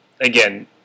again